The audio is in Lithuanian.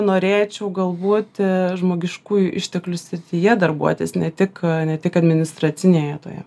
norėčiau galbūt žmogiškųjų išteklių srityje darbuotis ne tik ne tik administracinėje toje